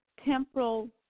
temporal